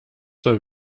soll